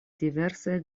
diversaj